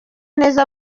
neza